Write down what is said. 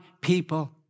people